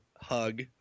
Hug